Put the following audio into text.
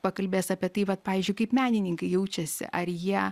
pakalbės apie tai vat pavyzdžiui kaip menininkai jaučiasi ar jie